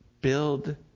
build